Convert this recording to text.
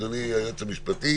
אדוני היועץ המשפטי,